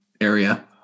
area